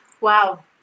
Wow